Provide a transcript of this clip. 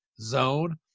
zone